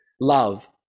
love